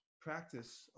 Practice